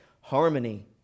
harmony